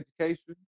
education